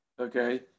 okay